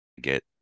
get